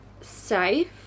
safe